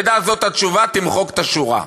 תדע שזאת התשובה, תמחק את השורה.